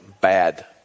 bad